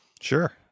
Sure